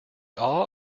awe